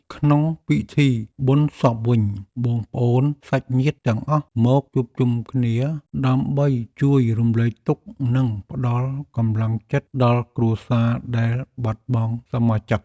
ក្នុងពិធីបុណ្យសពវិញ បងប្អូនសាច់ញាតិទាំងអស់មកជួបជុំគ្នាដើម្បីជួយរំលែកទុក្ខ និងផ្ដល់កម្លាំងចិត្តដល់គ្រួសារដែលបាត់បង់សមាជិក។